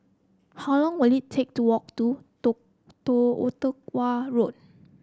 how long will it take to walk to Ottawa Road